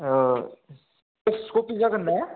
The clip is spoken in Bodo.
अ जेरख्स कपि जागोन ने